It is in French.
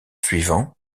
suivant